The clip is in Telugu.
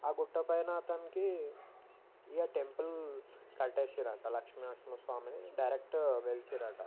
ఆ గుట్ట పైన అతనికి ఇగ టెంపుల్ కట్టేసారు అంట లక్ష్మీనరసింహ స్వామిని డైరెక్ట్ వెలసిండు అట